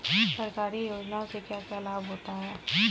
सरकारी योजनाओं से क्या क्या लाभ होता है?